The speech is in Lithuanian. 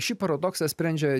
šį paradoksą sprendžia